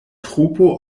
trupo